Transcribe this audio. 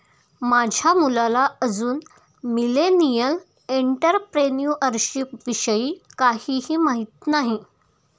माझ्या मुलाला अजून मिलेनियल एंटरप्रेन्युअरशिप विषयी काहीही माहित नाही